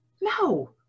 No